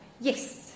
Yes